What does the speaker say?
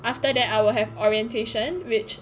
after that I will have orientation which